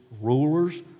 rulers